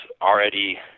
already